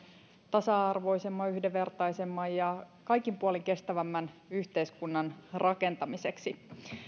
tasa arvoisemman yhdenvertaisemman ja kaikin puolin kestävämmän yhteiskunnan rakentamiseksi